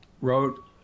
wrote